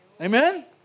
Amen